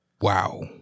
Wow